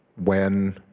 when